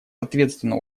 ответственного